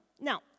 Now